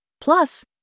Plus